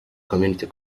community